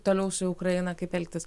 toliau su ukraina kaip elgtis